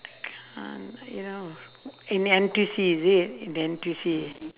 can't you know in N_T_U_C is it in N_T_U_C